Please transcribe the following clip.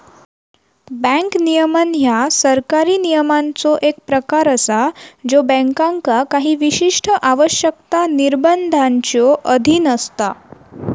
bank नियमन ह्या सरकारी नियमांचो एक प्रकार असा ज्यो बँकांका काही विशिष्ट आवश्यकता, निर्बंधांच्यो अधीन असता